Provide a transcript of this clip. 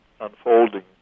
unfolding